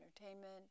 entertainment